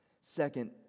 Second